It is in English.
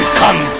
come